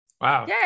Wow